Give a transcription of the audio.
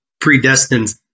predestined